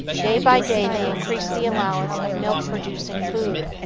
day by day they increase the allowance of milk-producing food.